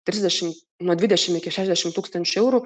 trisdešim nuo dvidešim iki šešiasdešim tūkstančių eurų